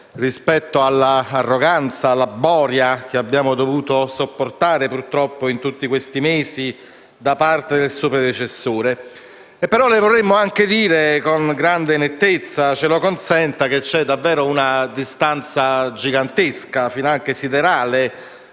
rispetto all'arroganza e alla boria che purtroppo abbiamo dovuto sopportare in tutti questi mesi da parte del suo predecessore. Però le vorremmo anche dire con grande nettezza - ce lo consenta - che c'è davvero una distanza gigantesca, finanche siderale,